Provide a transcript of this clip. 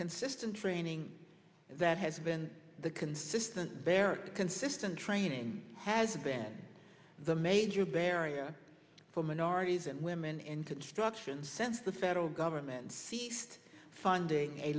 consistent training that has been the consistent barracked consistent training has been the major barrier for minorities and women in construction since the federal government ceased funding a